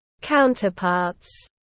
counterparts